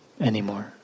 anymore